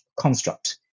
construct